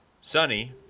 Sunny